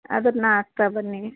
ಅದನ್ನು ಹಾಕ್ತಾ ಬನ್ನಿ